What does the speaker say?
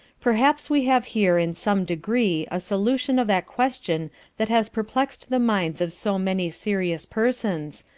perhaps we have here in some degree a solution of that question that has perplex'd the minds of so many serious persons,